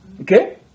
Okay